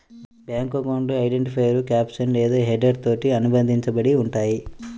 bank అకౌంట్లు identifier caption లేదా హెడర్తో అనుబంధించబడి ఉంటయ్యి